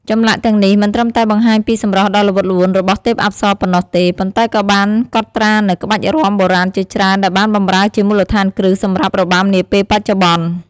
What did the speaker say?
ចម្លាក់ទាំងនេះមិនត្រឹមតែបង្ហាញពីសម្រស់ដ៏ល្វត់ល្វន់របស់ទេពអប្សរប៉ុណ្ណោះទេ ប៉ុន្តែក៏បានកត់ត្រានូវក្បាច់រាំបុរាណជាច្រើនដែលបានបម្រើជាមូលដ្ឋានគ្រឹះសម្រាប់របាំនាពេលបច្ចុប្បន្ន។